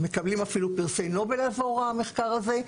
מקבלים אפילו פרסי נובל עבור המחקר הזה,